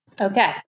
Okay